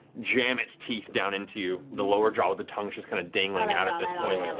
jam its teeth down into you the lower jaw with the tongue is kind of dangling out at this point.